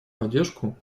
поддержку